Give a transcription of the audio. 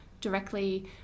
directly